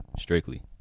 strictly